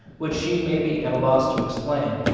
which she may be at a loss to explain.